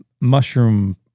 mushroom